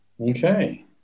Okay